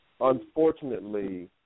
Unfortunately